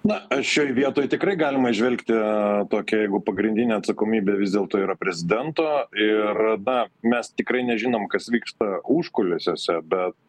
na aš šioj vietoj tikrai galima įžvelgti tokia jeigu pagrindinė atsakomybė vis dėlto yra prezidento ir na mes tikrai nežinom kas vyksta užkulisiuose bet